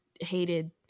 hated